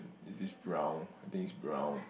is this brown I think is brown